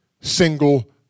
single